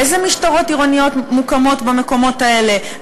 איזה משטרות עירוניות מוקמות במקומות האלה,